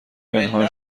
پنهان